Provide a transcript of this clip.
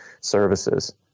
services